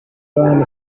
ian